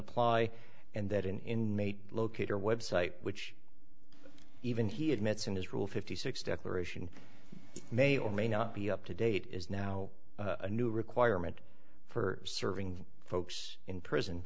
apply and that in locator website which even he admits in his rule fifty six declaration may or may not be up to date is now a new requirement for serving folks in prison